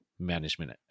management